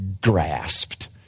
grasped